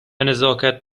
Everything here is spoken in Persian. نزاکت